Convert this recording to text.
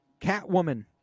Catwoman